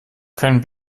können